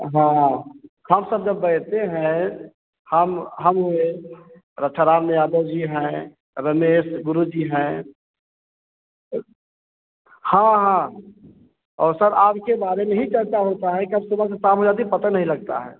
हाँ हम सब जब बैठते हैं हम हम हुए रक्षा राम यादव जी हैं रमेश गुरु जी हैं हाँ हाँ और सर आपके बारे में ही चर्चा होता है कब सुबह से शाम हो जाता है पता ही नहीं लगता है